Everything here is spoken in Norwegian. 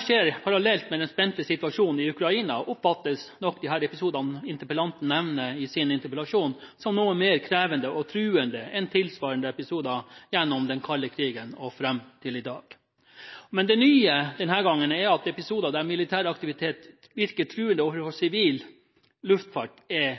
skjer parallelt med den spente situasjonen i Ukraina, oppfattes nok disse episodene interpellanten nevner i sin interpellasjon, som noe mer krevende og truende enn tilsvarende episoder gjennom den kalde krigen og fram til i dag. Det nye denne gangen er at episoder der militær aktivitet virker truende overfor sivil luftfart, er